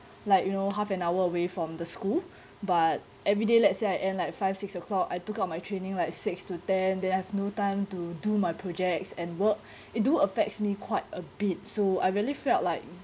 like you know half an hour away from the school but everyday let's say I end like five six o'clock I took out my training like six to ten then have no time to do my projects and work it do affects me quite a bit so I really felt like